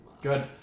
Good